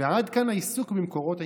ועד כאן העיסוק במקורות עיתונאיים.